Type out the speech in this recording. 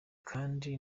kandi